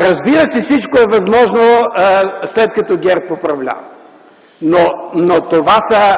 Разбира се, всичко е възможно, след като ГЕРБ управлява. Но това са